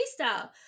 freestyle